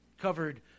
covered